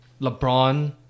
LeBron